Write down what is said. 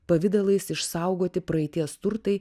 pavidalais išsaugoti praeities turtai